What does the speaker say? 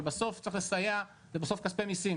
אבל בסוף זה כספי מיסים,